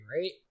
right